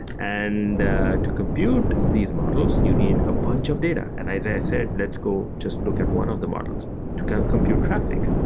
and to compute these models, you need a bunch of data. and as i said, let's go just look at one of the models to kind of compute traffic.